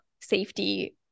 safety